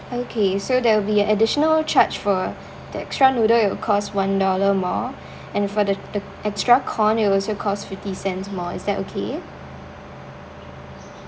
okay so there will be an additional charge for the extra noodle it'll cost one dollar more and for the the extra corn it'll also cost fifty cents more is that okay